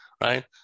right